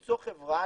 למצוא חברה,